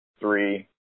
Three